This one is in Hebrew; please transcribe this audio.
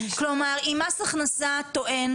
אם מס הכנסה טוען